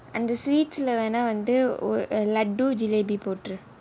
அந்த:antha sweets leh வேணா வந்து ஒரு:vennaa vanthu oru laddu jelebi போட்டிரு:pottiru